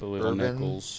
Urban